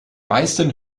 meisten